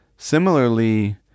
Similarly